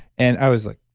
and i was like,